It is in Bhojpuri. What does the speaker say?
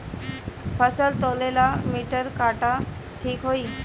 फसल तौले ला मिटर काटा ठिक होही?